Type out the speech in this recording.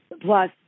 Plus